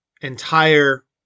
entire